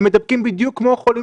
הם מדבקים בדיוק כמו חולים